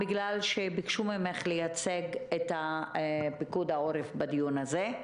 בגלל שביקשו ממך לייצג את פיקוד העורף בדיון הזה,